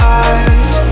eyes